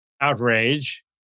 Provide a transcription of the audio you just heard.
outrage